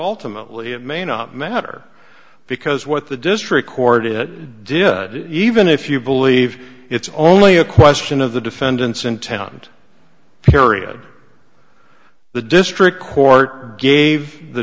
ultimately it may not matter because what the district court it did even if you believe it's only a question of the defendant's intent kariya the district court gave the